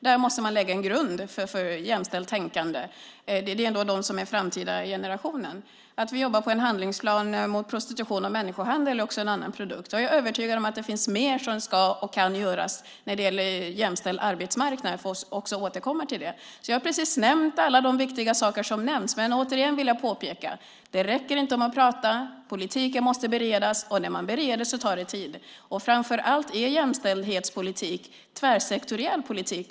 Där måste man lägga en grund för jämställt tänkande. Det är ändå det som är den framtida generationen. Vi jobbar på en handlingsplan mot prostitution och människohandel. Det är en annan produkt. Jag är övertygad om att det finns mer som ska och kan göras när det gäller en jämställd arbetsmarknad. Jag återkommer till det. Jag har precis nämnt allt det viktiga men vill återigen påpeka att det inte räcker att prata. Politik måste beredas, och att bereda tar tid. Jämställdhetspolitik är framför allt tvärsektoriell politik.